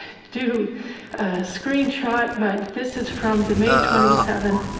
do a screenshot, but this is from the may twenty seven.